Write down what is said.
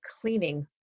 cleaning